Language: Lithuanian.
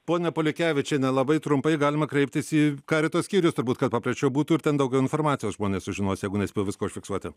ponia polikevičiene labai trumpai galima kreiptis į karito skyrius turbūt kad paprasčiau būtų ir ten daugiau informacijos žmonės sužinos jeigu nespėjo visko užfiksuoti